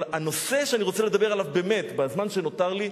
אבל הנושא שאני רוצה לדבר עליו באמת בזמן שנותר לי,